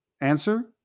Answer